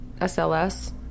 SLS